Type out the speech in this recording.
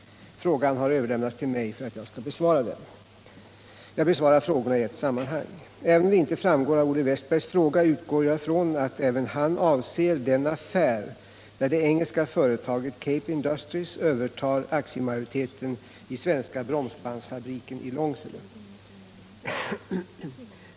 Frågan har överlämnats till mig för att jag skall besvara den. Jag besvarar frågorna i ett sammanhang. Även om det inte framgår av Olle Wästbergs fråga utgår jag från att även han avser den affär där det engelska företaget Cape Industries övertar aktiemajoriteten i Svenska Bromsbandsfabriken AB i Långsele.